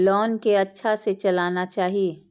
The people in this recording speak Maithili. लोन के अच्छा से चलाना चाहि?